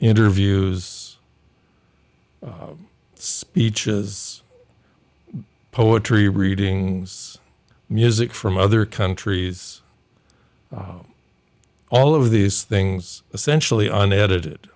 interviews speeches poetry readings music from other countries all of these things essentially unedited